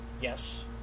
Yes